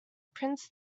prince